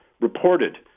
reported